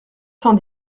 cent